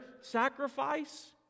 sacrifice